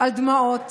על דמעות